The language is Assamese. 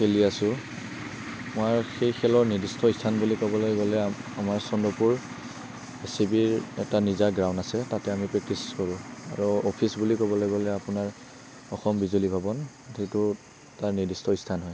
খেলি আছোঁ মই সেই খেলৰ নিৰ্দিষ্ট স্থান বুলি ক'বলে গ'লে আমাৰ চন্দ্ৰপুৰ এ চি বিৰ এটা নিজা গ্ৰাউণ আছে তাতে আমি প্ৰেক্টিছ কৰোঁ আৰু অফিচ বুলি ক'বলে গ'লে আপোনাৰ অসম বিজুলী ভৱন যিটো তাৰ নিৰ্দিষ্ট স্থান হয়